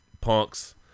punks